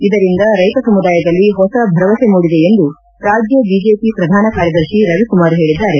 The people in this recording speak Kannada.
ಇದರಿಂದ ರೈತ ಸಮುದಾಯದಲ್ಲಿ ಹೊಸ ಭರವಸೆ ಮೂಡಿದೆ ಎಂದು ರಾಜ್ಯ ಬಿಜೆಪಿ ಪ್ರಧಾನ ಕಾರ್ಯದರ್ಶಿ ರವಿಕುಮಾರ್ ಹೇಳಿದ್ದಾರೆ